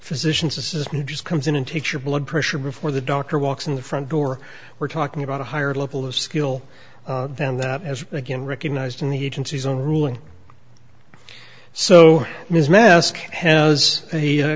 physician's assistant just comes in and takes your blood pressure before the doctor walks in the front door we're talking about a higher level of skill than that as again recognized in the agency's own ruling so ms mask has a